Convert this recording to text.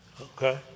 Okay